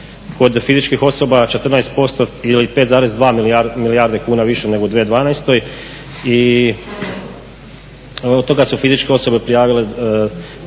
kod fizičkih osoba 14% ili 5,2 milijarde kuna više nego u 2012. i od toga su fizičke osobe prijavile